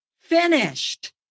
finished